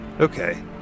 Okay